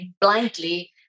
blindly